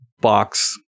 box